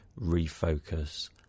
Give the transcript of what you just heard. refocus